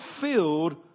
filled